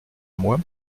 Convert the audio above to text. moi